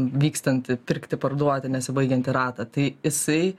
vykstantį pirkti parduoti nesibaigiantį ratą tai jisai